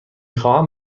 خواهم